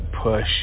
push